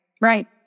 right